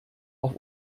auf